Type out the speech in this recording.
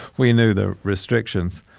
we knew the restrictions.